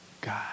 God